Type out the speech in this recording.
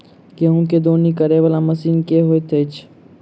गेंहूँ केँ दौनी करै वला मशीन केँ होइत अछि?